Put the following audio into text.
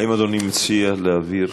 האם אדוני מציע להעביר,